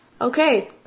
Okay